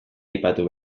aipatu